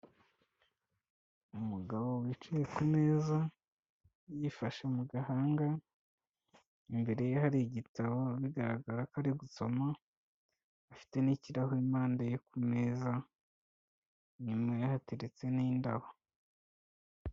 Umugabo wicaye ku meza yifashe mu gahanga, imbere ye hari igitabo, bigaragara ko ari gusoma, afite n'ikirahure impande ye ku meza, inyuma ye hateretse n'indabo.